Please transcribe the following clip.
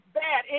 bad